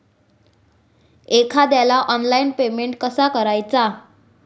एखाद्याला online payment कसा करायचा?